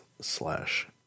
Slash